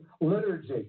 liturgy